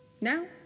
Now